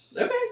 Okay